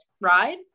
ride